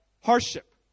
hardship